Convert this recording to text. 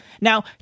Now